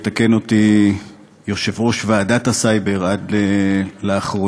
ויתקן אותי יושב-ראש ועדת הסייבר עד לאחרונה,